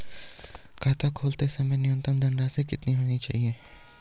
खाता खोलते समय न्यूनतम धनराशि कितनी होनी चाहिए?